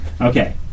Okay